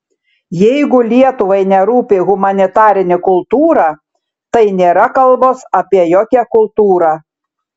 jeigu lietuvai nerūpi humanitarinė kultūra tai nėra kalbos apie jokią kultūrą